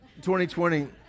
2020